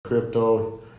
Crypto